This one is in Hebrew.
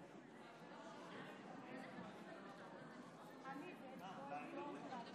בעצם הכנסת קבעה, לא אני, לא עוברת.